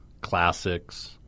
classics